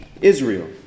Israel